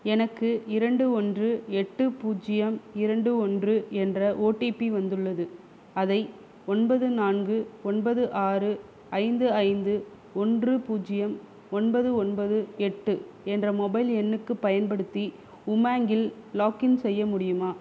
எனக்கு இரண்டு ஒன்று எட்டு பூஜ்ஜியம் இரண்டு ஒன்று என்ற ஓடிபி வந்துள்ளது அதை ஒன்பது நான்கு ஒன்பது ஆறு ஐந்து ஐந்து ஒன்று பூஜ்ஜியம் ஒன்பது ஒன்பது எட்டு என்ற மொபைல் எண்ணுக்கு பயன்படுத்தி உமேங்கில் லாகின் செய்ய முடியுமா